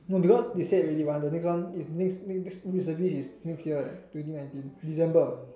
no because they said already mah the next one is the next next next reservist is next year eh twenty nineteen December